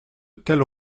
telles